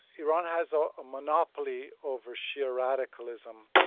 iran has a ah monopoly over shia radicalism.